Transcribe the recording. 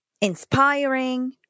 inspiring